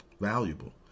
valuable